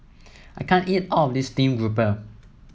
I can't eat all of this Steamed Grouper